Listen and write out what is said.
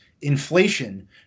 Inflation